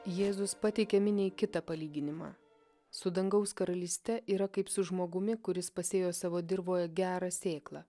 jėzus pateikia miniai kitą palyginimą su dangaus karalyste yra kaip su žmogumi kuris pasėjo savo dirvoje gerą sėklą